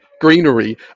greenery